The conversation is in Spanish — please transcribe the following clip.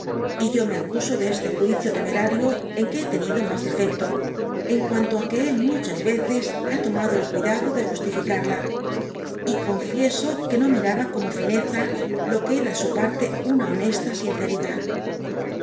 y yo me acuso de este juicio temeraria en quehd tenido mas defecto en cuanto á que él muchas veces ha tomado el cuidado de justi fícarla y confieso que no miraba como fineza lo que era de su parte lioa honesta sinceridad